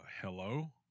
Hello